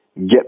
get